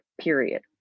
period